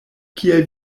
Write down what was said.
kiel